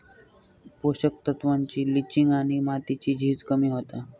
पोषक तत्त्वांची लिंचिंग आणि मातीची झीज कमी होता